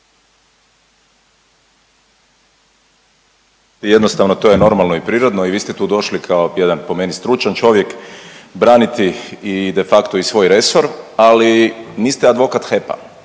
Jednostavno to je normalno i prirodno. I vi ste tu došli kao jedan po meni stručan čovjek braniti i de facto i svoj resor, ali niste advokat HEP-a.